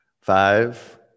Five